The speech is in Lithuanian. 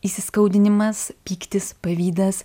įsiskaudinimas pyktis pavydas